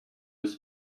his